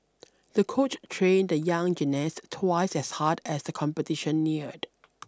the coach trained the young gymnast twice as hard as the competition neared